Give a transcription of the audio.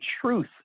truth